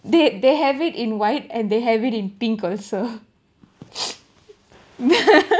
they they have it in white and they have it in pink also